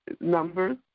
numbers